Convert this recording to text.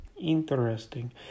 interesting